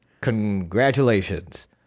Congratulations